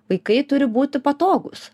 vaikai turi būti patogūs